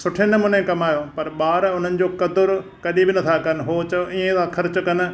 सुठे नमूने कमायो पर ॿार उन्हनि जो क़दुरु कॾहिं बि नथा कनि उहो चओ इएं था ख़र्चु कनि